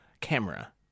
camera